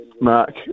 Mark